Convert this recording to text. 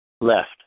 left